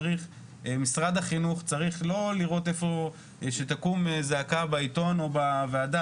ומשרד החינוך לא צריך לראות איפה שקמה זעקה בעיתון או בוועדה,